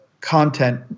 content